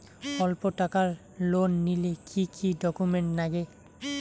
অল্প টাকার লোন নিলে কি কি ডকুমেন্ট লাগে?